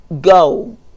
Go